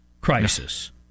crisis